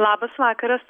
labas vakaras